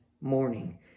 morning